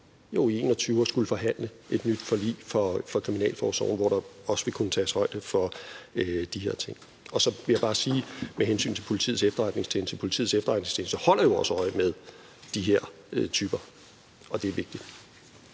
i 2021 at skulle forhandle et nyt forlig for kriminalforsorgen, hvor der også vil kunne tages højde for de her ting. Så vil jeg bare med hensyn til Politiets Efterretningstjeneste sige, at Politiets Efterretningstjeneste holder jo også øje med de her typer. Og det er vigtigt.